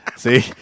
See